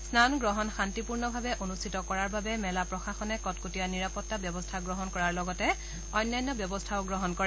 স্নান গ্ৰহণ শান্তিপূৰ্ণভাৱে অনুষ্ঠিত কৰাৰ বাবে মেলা প্ৰশাসনে কটকটীয়া নিৰাপত্তা ব্যৱস্থা গ্ৰহণ কৰাৰ লগতে অন্যান্য ব্যৱস্থা গ্ৰহণ কৰিছে